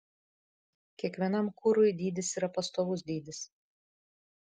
kiekvienam kurui dydis yra pastovus dydis